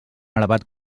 elevat